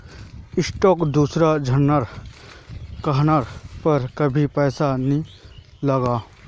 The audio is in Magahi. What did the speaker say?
स्टॉकत दूसरा झनार कहनार पर कभी पैसा ना लगा